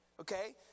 okay